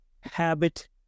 habit